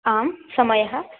आं समयः